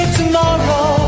tomorrow